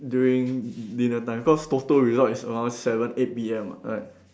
during dinner time because Toto result is around seven eight P_M [what] right